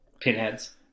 Pinheads